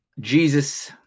Jesus